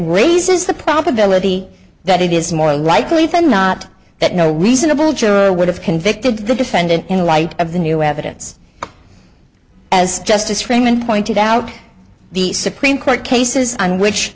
raises the probability that it is more likely than not that no reasonable juror would have convicted the defendant in light of the new evidence as justice freeman pointed out the supreme court cases on which